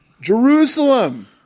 Jerusalem